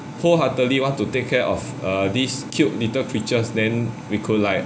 wholeheartedly want to take care of err this cute little creatures then we could like